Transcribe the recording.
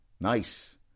Nice